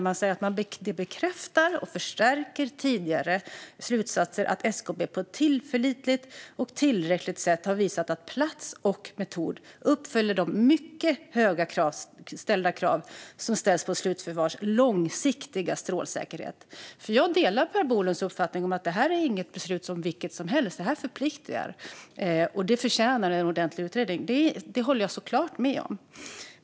Man säger att de bekräftar och förstärker tidigare slutsatser att SKB på ett tillförlitligt och tillräckligt sätt har visat att plats och metod uppfyller de mycket högt ställda krav som ställs på slutförvars långsiktiga strålsäkerhet. Jag delar Per Bolunds uppfattning att detta inte är ett beslut vilket som helst, utan detta förpliktar. Det förtjänar en ordentlig utredning. Detta håller jag såklart med om.